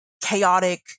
chaotic